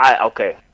okay